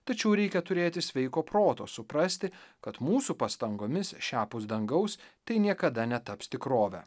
tačiau reikia turėti sveiko proto suprasti kad mūsų pastangomis šiapus dangaus tai niekada netaps tikrove